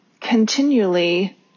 continually